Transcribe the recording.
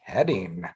Heading